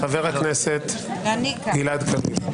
חבר הכנסת גלעד קריב,